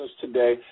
today